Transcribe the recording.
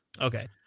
okay